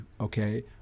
okay